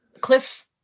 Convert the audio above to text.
Cliff